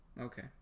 Okay